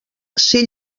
ser